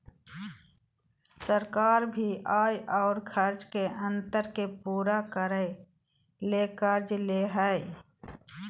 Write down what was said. सरकार भी आय और खर्च के अंतर के पूरा करय ले कर्ज ले हइ